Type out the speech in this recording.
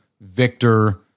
Victor